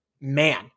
man